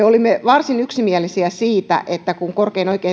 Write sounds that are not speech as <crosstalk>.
<unintelligible> olimme varsin yksimielisiä siitä että kun korkein